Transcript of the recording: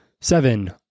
Seven